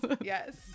Yes